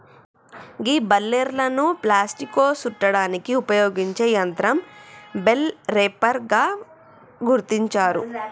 గీ బలేర్లను ప్లాస్టిక్లో సుట్టడానికి ఉపయోగించే యంత్రం బెల్ రేపర్ గా గుర్తించారు